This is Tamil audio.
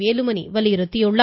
வேலுமணி வலியுறுத்தியுள்ளார்